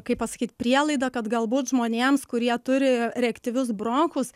kaip pasakyt prielaida kad galbūt žmonėms kurie turi reaktyvius bronchus